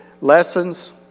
lessons